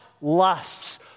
lusts